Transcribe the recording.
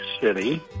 City